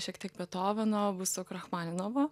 šiek tiek betoveno bus su krachmaninovu